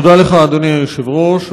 תודה לך, אדוני היושב-ראש.